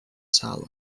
sala